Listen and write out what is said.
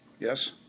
Yes